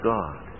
God